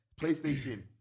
PlayStation